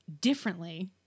differently